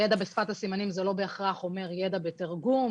ידע בשפת הסימנים זה לא בהכרח אומר ידע בתרגום,